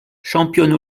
championne